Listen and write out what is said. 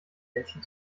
menschen